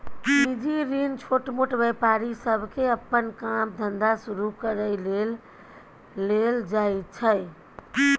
निजी ऋण छोटमोट व्यापारी सबके अप्पन काम धंधा शुरू करइ लेल लेल जाइ छै